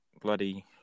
bloody